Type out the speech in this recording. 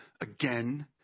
again